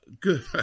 good